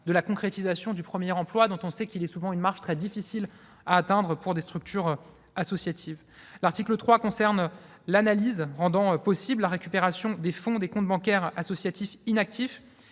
de la concrétisation du premier emploi, dont on sait qu'il est souvent une marche très difficile à atteindre pour des structures associatives. L'article 3 concerne l'analyse rendant possible la récupération des fonds des comptes bancaires associatifs inactifs,